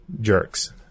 jerks